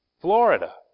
Florida